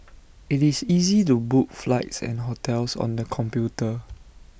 IT is easy to book flights and hotels on the computer